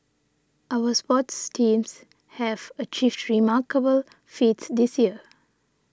our sports teams have achieved remarkable feats this year